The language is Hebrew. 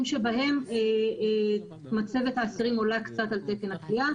שבהם מצבת האסירים עולה קצת על תקן הכליאה.